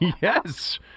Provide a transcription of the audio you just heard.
Yes